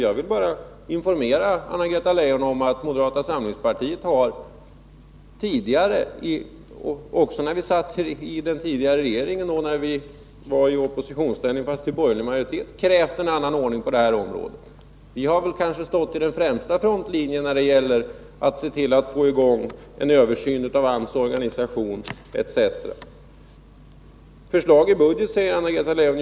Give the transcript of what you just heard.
Jag vill bara informera Anna-Greta Leijon om att moderata samlingspartiet tidigare har — också när vi satt i den tidigare regeringen och när vi var i oppositionsställning fast det var borgerlig majoritet — krävt en annan ordning på detta område. Vi har väl stått i den främsta frontlinjen i vad det gäller att se till att få i gång en översyn av AMS organisation etc. Förslag i budgeten, säger Anna-Greta Leijon.